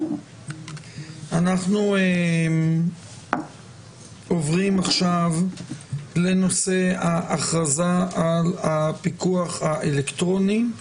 אנחנו עוברים עכשיו לנושא ההכרזה על הפיקוח האלקטרוני.